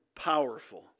powerful